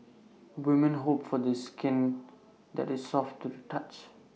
women hope for skin that is soft to the touch